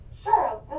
sure